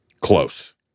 Close